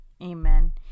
Amen